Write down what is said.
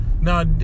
Now